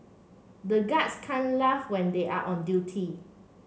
the guards can't laugh when they are on duty